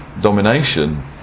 domination